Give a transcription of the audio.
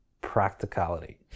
practicality